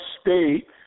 State